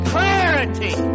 Clarity